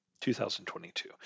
2022